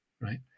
right